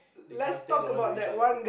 they can't stay loyal to each other